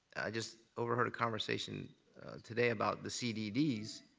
just over heard a conversation today about the cdd's,